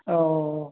औ